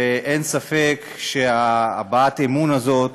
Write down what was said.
ואין ספק שהבעת האמון הזאת